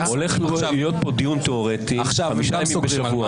הולך להיות פה דיון תיאורטי חמישה ימים בשבוע